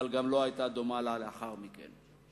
אבל גם לא היתה דומה לה לאחר מכן.